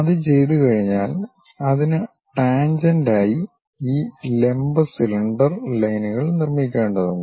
അത് ചെയ്തുകഴിഞ്ഞാൽ അതിന് ടാഞ്ജൻറ് ആയി ഈ ലംബ സിലിണ്ടർ ലൈനുകൾ നിർമ്മിക്കേണ്ടതുണ്ട്